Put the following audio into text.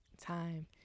time